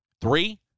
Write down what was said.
Three